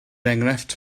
enghraifft